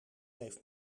heeft